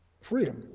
freedom